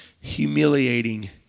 Humiliating